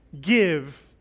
give